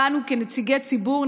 בנו כנציגי ציבור,